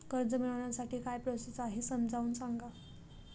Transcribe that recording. कर्ज मिळविण्यासाठी काय प्रोसेस आहे समजावून सांगा